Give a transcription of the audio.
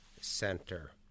Center